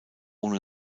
ohne